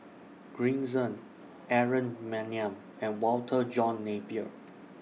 Green Zeng Aaron Maniam and Walter John Napier